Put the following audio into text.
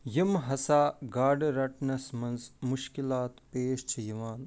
یِم ہسا گاڈٕ رَٹنس منٛز مُشکِلات پیش چھِ یِوان